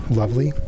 lovely